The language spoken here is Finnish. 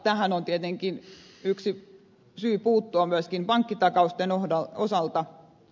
tähän on tietenkin yksi syy puuttua myöskin pankkitakausten osalta